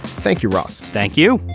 thank you, ross. thank you.